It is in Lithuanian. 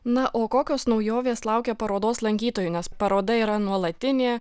na o kokios naujovės laukia parodos lankytojų nes paroda yra nuolatinė